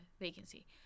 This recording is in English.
vacancy